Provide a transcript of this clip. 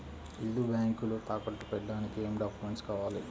ఇల్లు బ్యాంకులో తాకట్టు పెట్టడానికి ఏమి డాక్యూమెంట్స్ కావాలి?